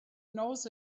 knows